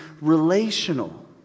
relational